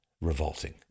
revolting